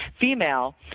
female